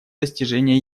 достижения